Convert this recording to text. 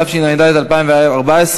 התשע"ד 2014,